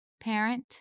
parent